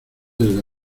desde